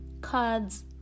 cards